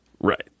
right